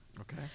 okay